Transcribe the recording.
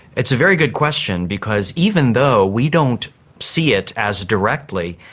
it's a very good question because even though we don't see it as directly,